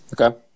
Okay